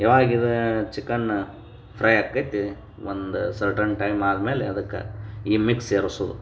ಯಾವಾಗ ಇದು ಚಿಕನ್ನ ಫ್ರೈ ಆಕ್ಕೈತಿ ಒಂದು ಸರ್ಟನ್ ಟೈಮ್ ಆದ ಮೇಲೆ ಅದಕ್ಕೆ ಈ ಮಿಕ್ಸ್ ಸೇರ್ಸೋದು